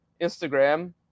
Instagram